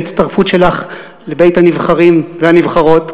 שההצטרפות שלך לבית הנבחרים והנבחרות,